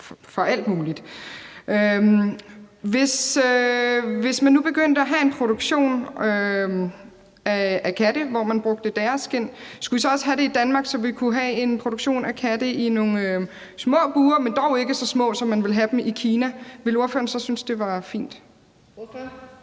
Hvis man nu begyndte at have en produktion af katte, hvor man brugte deres skind, skulle vi så også have det i Danmark, så vi kunne have en produktion af katte i nogle små bure, men dog ikke så små, som man ville have dem i Kina? Ville ordføreren synes, det var fint?